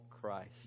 Christ